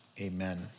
Amen